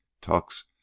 tucks